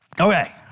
Okay